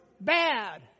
bad